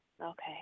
Okay